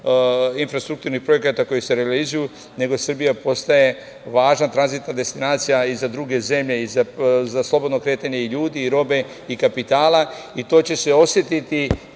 infrastrukturnih projekata koji se realizuju, nego Srbija postaje važna tranzitna destinacija i za druge zemlje, za slobodno kretanje ljudi, robe i kapitala. To će se osetiti